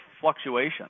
fluctuation